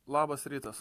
labas rytas